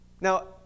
Now